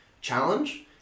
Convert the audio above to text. challenge